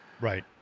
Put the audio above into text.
Right